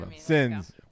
Sins